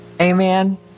Amen